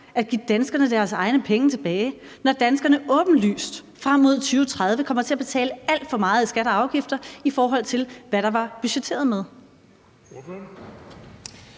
at give danskerne deres egne penge tilbage, når danskerne åbenlyst frem mod 2030 kommer til at betale alt for meget i skatter og afgifter, i forhold til hvad der var budgetteret med?